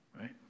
right